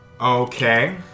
Okay